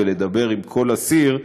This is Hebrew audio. ולדבר עם כל אסיר,